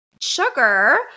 sugar